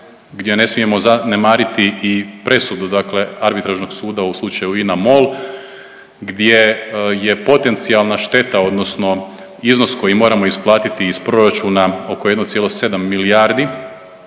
gdje ne smijemo zanemariti i presudu dakle arbitražnog suda u slučaju INA MOL gdje je potencijalna šteta odnosno iznos koji moramo isplatiti iz proračuna oko 1,7 milijardi,